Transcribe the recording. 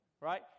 Right